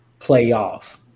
playoff